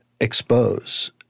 expose